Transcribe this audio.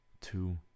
two